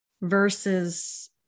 versus